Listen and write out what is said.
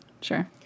Sure